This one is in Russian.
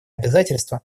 обязательства